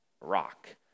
rock